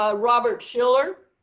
ah robert shiller,